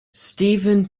stephen